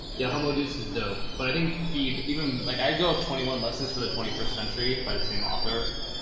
yeah, homo deuce is dope, but i didn't feed even like i go of twenty one lessons for the twenty first century by the same author,